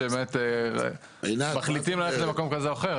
שבאמת מחליטים ללכת למקום כזה או אחר,